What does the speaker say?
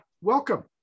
welcome